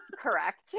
Correct